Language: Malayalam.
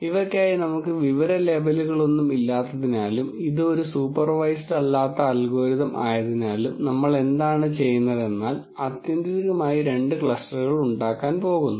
ഇവയ്ക്കായി നമുക്ക് വിവര ലേബലുകളൊന്നും ഇല്ലാത്തതിനാലും ഇത് ഒരു സൂപ്പർവൈസ്ഡ് അല്ലാത്ത അൽഗോരിതം ആയതിനാലും നമ്മൾ എന്താണ് ചെയ്യുന്നത് എന്നാൽ ആത്യന്തികമായി രണ്ട് ക്ലസ്റ്ററുകൾ ഉണ്ടാകാൻ പോകുന്നു